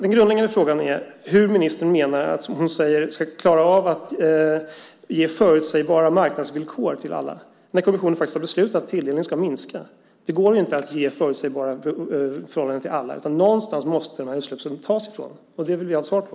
Den grundläggande frågan är hur ministern ska klara av att ge förutsägbara marknadsvillkor till alla när kommissionen har beslutat att tilldelningen ska minska. Det går inte att ge förutsägbara förhållanden för alla, utan någonstans måste utsläppsrätterna tas ifrån. Det vill vi ha svar på.